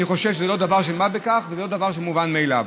אני חושב שזה לא דבר של מה בכך וזה לא דבר מובן מאליו.